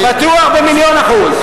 בטוח במיליון אחוז.